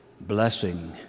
blessing